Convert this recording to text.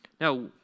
Now